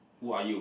who are you